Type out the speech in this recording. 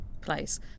place